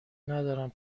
ندارم